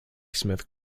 smith